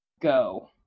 go